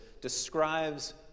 describes